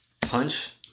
Punch